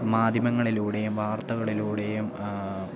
മാധ്യമങ്ങളിലൂടെയും വാർത്തകളിലൂടെയും